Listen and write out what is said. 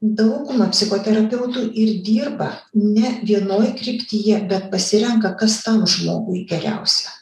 dauguma psichoterapeutų ir dirba ne vienoj kryptyje bet pasirenka kas tam žmogui geriausia